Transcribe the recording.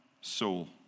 soul